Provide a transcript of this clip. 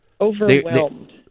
Overwhelmed